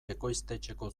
ekoiztetxeko